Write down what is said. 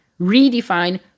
redefine